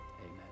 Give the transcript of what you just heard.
Amen